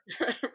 Right